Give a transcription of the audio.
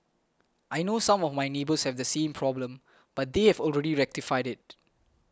I know some of my neighbours have the same problem but they have already rectified it